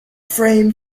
frame